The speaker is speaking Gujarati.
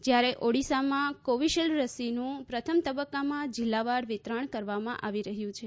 જ્યારે ઓડિશામાં કોવિશિલ્ડ રસીનું પ્રથમ તબક્કામાં જિલ્લાવાર વિતરણ કરવામાં આવી રહ્યું છે